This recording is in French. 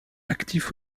actif